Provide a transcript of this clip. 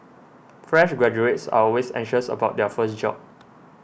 fresh graduates are always anxious about their first job